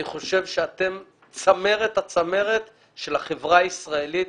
אני חושב שאתן צמרת הצמרת של החברה הישראלית.